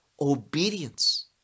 obedience